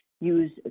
use